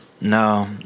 No